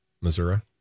Missouri